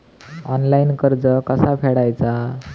Online कर्ज कसा फेडायचा?